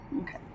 Okay